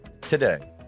today